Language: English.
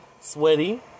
sweaty